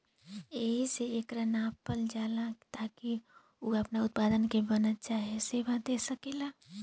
एहिसे एकरा के नापल जाला ताकि उ आपना उत्पाद के बना चाहे सेवा दे सकेला